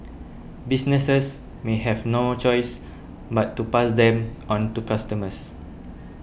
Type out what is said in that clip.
businesses may have no choice but to pass them on to customers